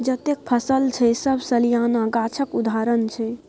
जतेक फसल छै सब सलियाना गाछक उदाहरण छै